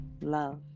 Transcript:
love